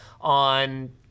on